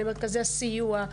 למרכזי הסיוע,